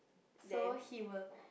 so he will